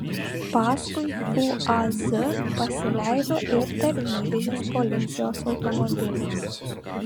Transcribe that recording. paskui uaz pasileido ir tarnybinis policijos automobilis